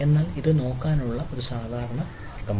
എന്നാൽ ഇത് നോക്കാനുള്ള ഒരു സാധാരണ മാർഗമാണ്